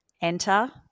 enter